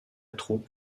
troupe